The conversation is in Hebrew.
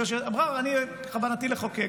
בכוונתי לחוקק.